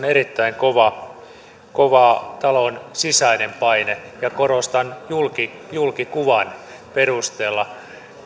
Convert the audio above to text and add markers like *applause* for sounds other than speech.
*unintelligible* erittäin kova talon sisäinen paine korostan että julkikuvan perusteella